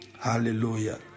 hallelujah